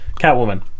Catwoman